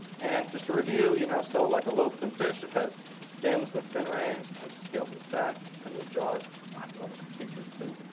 and just to review, you know so like a lobe finned fish it has fins with fin rays. it has scales on its back, primitive jaws, lots of other features too.